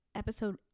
Episode